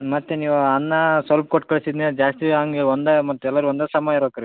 ಮತ್ತೆ ನೀವು ಅನ್ನ ಸ್ವಲ್ಪ ಕೊಟ್ಟು ಕಳಿಸಿದ್ನೆ ಜಾಸ್ತಿ ಹಂಗೇ ಒಂದೆ ಮತ್ತೆ ಎಲ್ಲರು ಒಂದೇ ಸಮ ಇರೋಕ್ರಿ